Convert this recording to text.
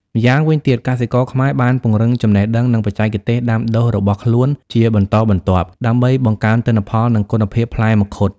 ម្យ៉ាងវិញទៀតកសិករខ្មែរបានពង្រឹងចំណេះដឹងនិងបច្ចេកទេសដាំដុះរបស់ខ្លួនជាបន្តបន្ទាប់ ដើម្បីបង្កើនទិន្នផលនិងគុណភាពផ្លែមង្ឃុត។